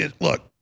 Look